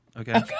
Okay